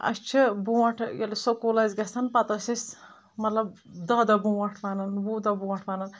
اَسہِ چھ برونٹھ ییٚلہٕ سکوٗل ٲسۍ گژھان پتہِ ٲس أسۍ مطلب دٔہ دۄہ برونٹھ ونان وُہ دۄہ برونٹھ ونان